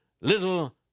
little